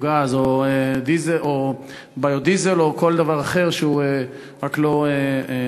או גז או ביו-דיזל או כל דבר אחר שהוא רק לא מזהם.